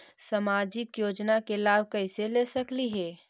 सामाजिक योजना के लाभ कैसे ले सकली हे?